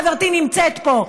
חברתי נמצאת פה,